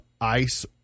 ice